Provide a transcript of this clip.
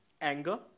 Anger